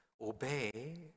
obey